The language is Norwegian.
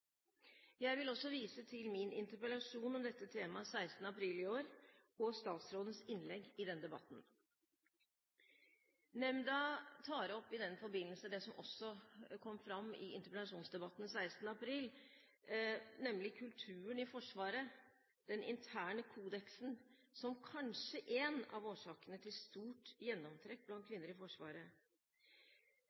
Jeg vil også vise til min interpellasjon om dette temaet 16. april i år og statsrådens innlegg i den debatten. Nemnda tar i den forbindelse opp det som også kom fram i interpellasjonsdebatten 16. april, nemlig kulturen i Forsvaret – den interne kodeksen – som kanskje er en av årsakene til stor gjennomtrekk blant kvinner i Forsvaret.